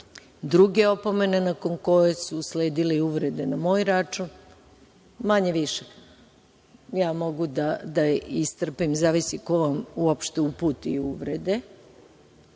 druge opomene, nakon koje su usledile i uvrede na moj račun, manje više, ja mogu da istrpim, zavisi ko uopšte uputi uvrede,